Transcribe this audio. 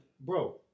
bro